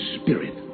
Spirit